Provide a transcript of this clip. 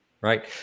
Right